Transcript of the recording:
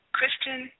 Christian